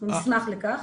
אנחנו נשמח לכך.